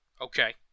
Okay